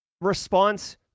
response